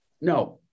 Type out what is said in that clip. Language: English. No